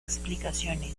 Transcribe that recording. explicaciones